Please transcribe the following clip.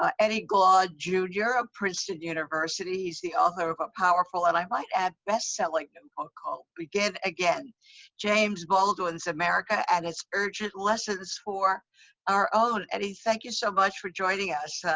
ah eddie glaude, jr. of princeton university. he's the author of a powerful, and i might add, bestselling new book called begin again james baldwin's america and its urgent lessons for our own. eddie, thank you so much for joining us.